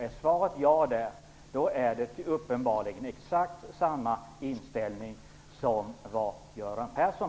Är svaret ja, har han uppenbarligen exakt samma inställning som Göran Persson.